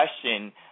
question